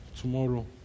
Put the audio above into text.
tomorrow